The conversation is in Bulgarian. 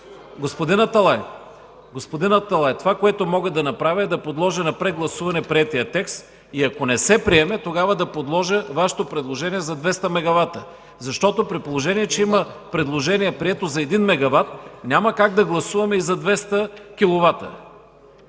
Господин Аталай, това, което мога да направя, е да подложа на прегласуване приетия текст и ако не се приеме, тогава да предложа Вашето предложение за 200 мегавата, защото, при положение че има прието предложение за 1 мегават, няма как да гласуваме и за 200